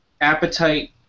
appetite